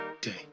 day